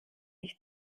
ich